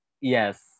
Yes